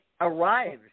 arrives